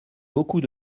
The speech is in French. beaucoup